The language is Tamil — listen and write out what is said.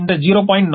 இந்த 0